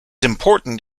important